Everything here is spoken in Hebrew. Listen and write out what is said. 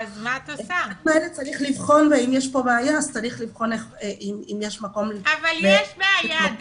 אם יש פה בעיה אז צריך לבחון אם יש מקום --- אבל יש בעיה.